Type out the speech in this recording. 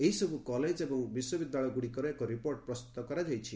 ଏହିସବୁ କଲେଜ ଏବଂ ବିଶ୍ୱବିଦ୍ୟାଳୟ ଗୁଡ଼ିକର ଏକ ରିପୋର୍ଟ ପ୍ରସ୍ଠୁତ କରାଯାଇଛି